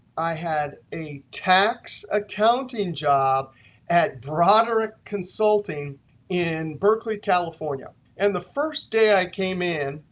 i had a tax accounting job at broderick consulting in berkeley, california. and the first day i came in,